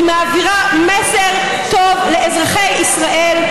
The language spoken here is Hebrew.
היא מעבירה מסר טוב לאזרחי ישראל,